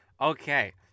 Okay